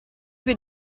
più